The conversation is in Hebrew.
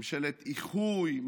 ממשלת איחוי,